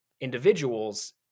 individuals